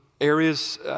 areas